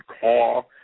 call